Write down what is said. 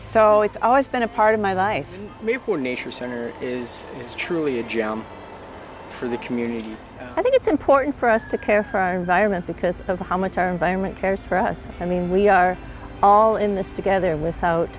so it's always been a part of my life is truly a gem for the community i think it's important for us to care for our environment because of how much our environment cares for us i mean we are all in this together without